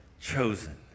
chosen